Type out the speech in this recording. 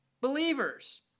believers